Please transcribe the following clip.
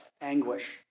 anguish